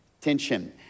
tension